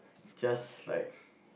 just like